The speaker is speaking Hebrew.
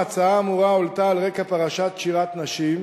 ההצעה האמורה הועלתה על רקע פרשת שירת נשים,